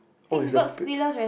oh is a p~